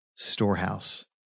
Storehouse